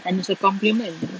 and it's a compliment